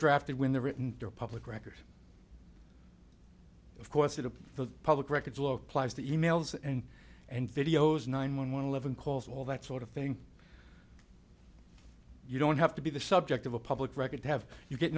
drafted when they're written public record of course it is the public records localise the e mails and and videos nine one one eleven calls all that sort of thing you don't have to be the subject of a public record to have you get